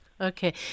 Okay